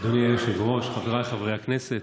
אדוני היושב-ראש, חבריי חברי הכנסת,